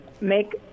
make